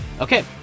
Okay